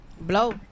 Blow